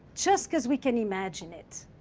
just because we can imagine it.